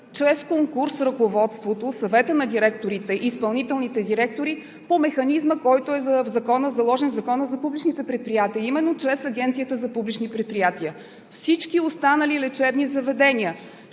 чрез конкурс ръководството, Съветът на директорите и изпълнителните директори по механизма, който е заложен в Закона за публичните предприятия, а именно чрез Агенцията за публични предприятия. На всички останали лечебни заведения